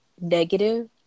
negative